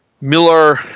Miller